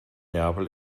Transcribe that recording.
neapel